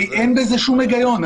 הרי אין בזה שום היגיון.